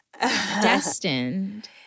Destined